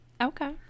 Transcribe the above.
Okay